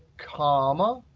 comma,